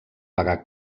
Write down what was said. pagar